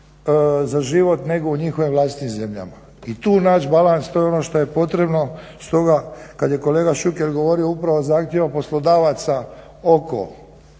za život nego u njihovim vlastitim zemljama. I tu naći balans, to je ono što je potrebno. Stoga kad je kolega Šuker govorio, upravo o zahtjevima poslodavaca oko